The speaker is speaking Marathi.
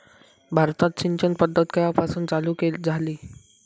भारतात सिंचन पद्धत केवापासून चालू झाली?